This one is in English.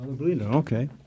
Okay